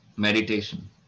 Meditation